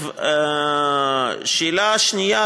שאלה שנייה,